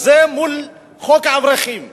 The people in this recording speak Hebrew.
הזה, מול חוק האברכים,